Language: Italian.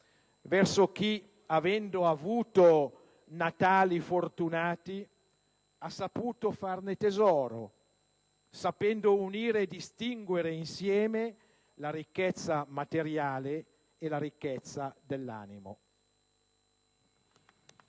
verso chi, avendo avuto natali fortunati, ha saputo farne tesoro, sapendo unire e distinguere insieme la ricchezza materiale e la ricchezza dell'animo.